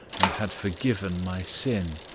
and had forgiven my sin.